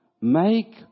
make